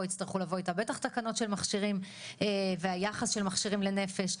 יצטרכו לבוא איתה בטח תקנות של מכשירים והיחס של מכשירים לנפש,